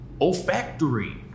olfactory